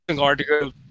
article